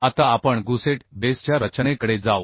आता आपण गुसेट बेसच्या रचनेकडे जाऊ